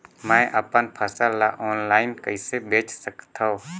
मैं अपन फसल ल ऑनलाइन कइसे बेच सकथव?